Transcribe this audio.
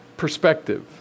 Perspective